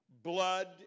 Blood